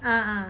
ah ah